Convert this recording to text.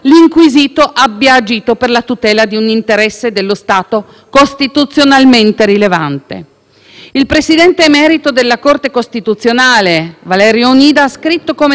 Il presidente emerito della Corte costituzionale, Valerio Onida, ha scritto come, nel nostro caso, venga affidata esclusivamente all'Assemblea parlamentare una valutazione per cui,